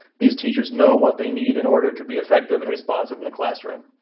these teachers know what they need in order to be effective and responsive in the classroom.